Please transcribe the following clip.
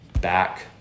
back